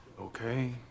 Okay